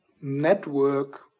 network